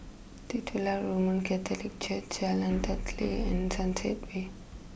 Titular Roman Catholic Church Jalan Teliti and Sunset way